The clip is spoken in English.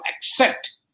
accept